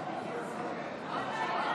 חברי